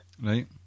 right